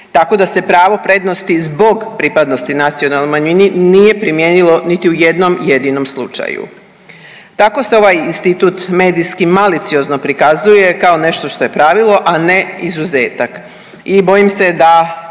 tako da se pravo prednosti zbog pripadnosti nacionalnoj manjini nije primijenilo niti u jednom jedinom slučaju. Tako se ovaj institut medijski maliciozno prikazuje kao nešto što je pravilo, a ne izuzetak